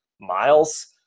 miles